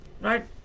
right